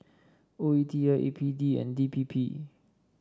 O E T L A P D and D P P